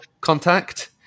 contact